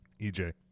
EJ